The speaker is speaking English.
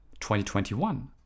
2021